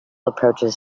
approaches